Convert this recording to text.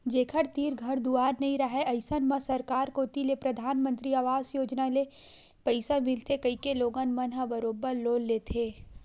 जेखर तीर घर दुवार नइ राहय अइसन म सरकार कोती ले परधानमंतरी अवास योजना ले पइसा मिलथे कहिके लोगन मन ह बरोबर लोन लेथे